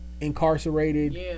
incarcerated